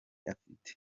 afite